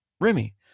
Remy